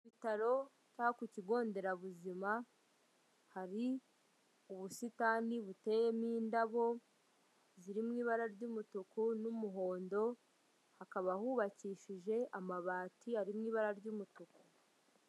Ku bitaro cyangwa ku kigo nderabuzima, hari ubusitani buteyemo indabo zirimo ibara ry'umutuku n'umuhondo, hakaba hubakishije amabati, ari mu ibara ry'umutuku.